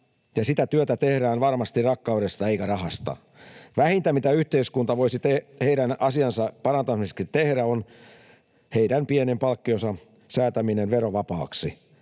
ja sitä työtä tehdään varmasti rakkaudesta eikä rahasta. Vähintä, mitä yhteiskunta voisi heidän asiansa parantamiseksi tehdä, on heidän pienen palkkionsa säätäminen verovapaaksi.